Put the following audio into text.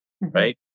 right